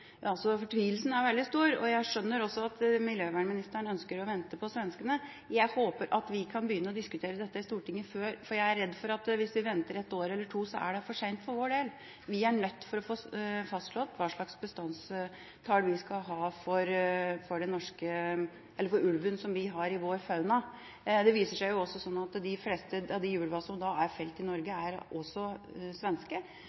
fortvilelsen er veldig stor. Jeg skjønner at miljøvernministeren ønsker å vente på svenskene. Jeg håper at vi kan begynne å diskutere dette i Stortinget før, for jeg er redd for at hvis vi venter ett år eller to, er det for seint for vår del. Vi er nødt til å få fastslått hva slags bestandstall vi skal ha for ulven som vi har i vår fauna. Det viser seg også at de fleste av de ulvene som er felt i